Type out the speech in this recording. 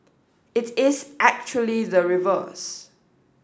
it is actually the reverse